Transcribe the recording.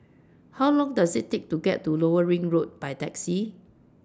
How Long Does IT Take to get to Lower Ring Road By Taxi